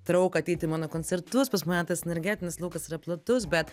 trauką ateit į mano koncertus pas mane tas energetinis laukas yra platus bet